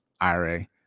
IRA